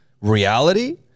Reality